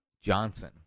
Johnson